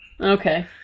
Okay